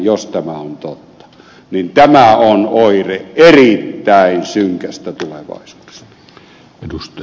jos tämä on totta niin tämä on oire erittäin synkästä tulevaisuudesta